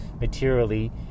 materially